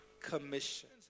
commission